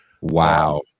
Wow